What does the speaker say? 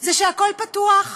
זה שהכול פתוח.